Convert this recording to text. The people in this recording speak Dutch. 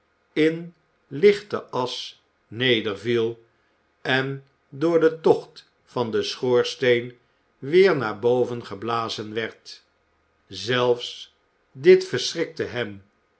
in lichte asch nederviel en door den tocht van den schoorsteen weer naar boven geblazen werd zelfs dit verschrikte hem